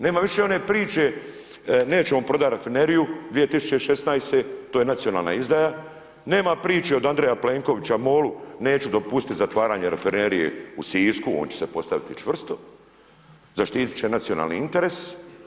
Nema više one priče, nećemo prodati rafineriju 2016. to je nacionalna izdaja, nema priče od Andreja Plenkovića MOL-u neću dopustiti zatvaranje rafinerije u Sisku, on će se postaviti čvrsto, zaštiti će nacionalni interes.